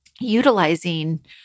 utilizing